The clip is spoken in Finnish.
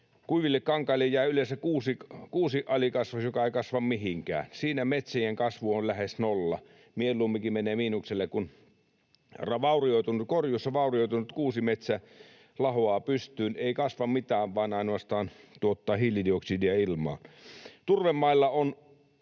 Kuiville kankaille jää yleensä kuusen aluskasvillisuus, joka ei kasva mihinkään. Siinä metsien kasvu on lähes nolla, mieluumminkin menee miinukselle, kun korjuussa vaurioitunut kuusimetsä lahoaa pystyyn, ei kasva mitään, vaan ainoastaan tuottaa hiilidioksidia ilmaan. Turvemailla on